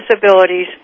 disabilities